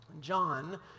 John